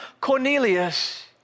Cornelius